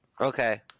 Okay